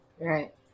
right